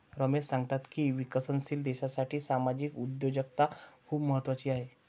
रमेश सांगतात की विकसनशील देशासाठी सामाजिक उद्योजकता खूप महत्त्वाची आहे